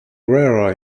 rarer